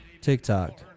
TikTok